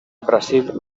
brasil